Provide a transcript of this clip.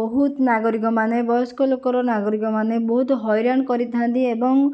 ବହୁତ ନାଗରିକମାନେ ବୟସ୍କ ଲୋକର ନାଗରିକମାନେ ବହୁତ ହଇରାଣ କରିଥାନ୍ତି ଏବଂ